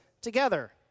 together